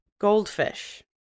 goldfish